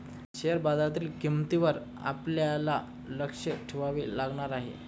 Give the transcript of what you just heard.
share बाजारातील किंमतींवर आपल्याला लक्ष ठेवावे लागणार आहे